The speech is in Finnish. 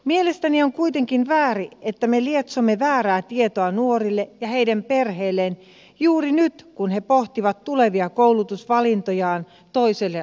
mielestäni on kuitenkin väärin että me lietsomme väärää tietoa nuorille ja heidän perheilleen juuri nyt kun he pohtivat tulevia koulutusvalintojaan toiselle asteelle